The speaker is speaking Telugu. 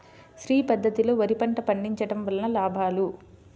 శ్రీ పద్ధతిలో వరి పంట పండించడం వలన లాభాలు?